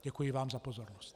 Děkuji vám za pozornost.